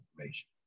information